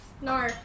No